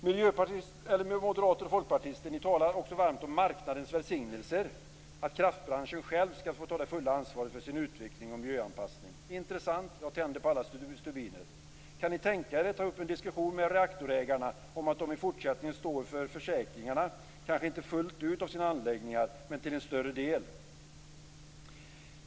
Moderater och folkpartister talar också varmt om elmarknadens välsignelser, om att kraftbranschen själv skall ta det fulla ansvaret för sin utveckling och miljöanpassning. Intressant! Jag tänder på alla stubiner. Kan ni då tänka er att ta upp en diskussion med reaktorägarna om att de i fortsättningen till en större del står för försäkringarna av sina anläggningar?